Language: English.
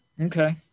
Okay